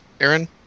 Aaron